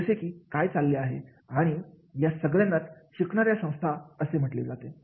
जसे की काय चालले आहे आणि या सगळ्यांनाच शिकणाऱ्या संस्था असे म्हटले जाते